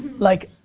like,